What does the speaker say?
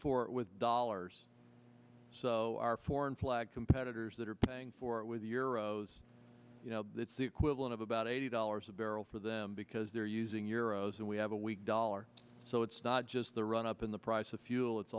for it with dollars so our foreign flag competitors that are paying for it with the euros it's the equivalent of about eighty dollars a barrel for them because they're using euro so we have a weak dollar so it's not just the run up in the price of fuel it's